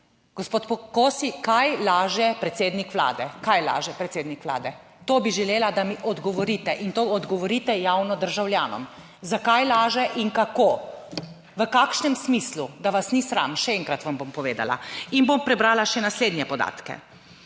Vlade? Kaj laže predsednik Vlade? To bi želela, da mi odgovorite in to odgovorite javno državljanom. Zakaj laže in kako? V kakšnem smislu? Da vas ni sram, še enkrat vam bom povedala. In bom prebrala še naslednje podatke.